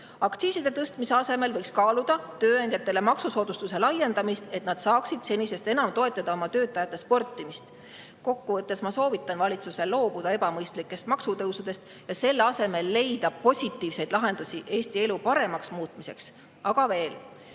Aktsiiside tõstmise asemel võiks kaaluda tööandjatele maksusoodustuse laiendamist, et nad saaksid senisest enam toetada oma töötajate sportimist. Kokku võttes ma soovitan valitsusel loobuda ebamõistlikest maksutõusudest ja selle asemel leida positiivseid lahendusi Eesti elu paremaks muutmiseks. Aga veel: